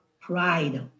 pride